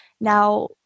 Now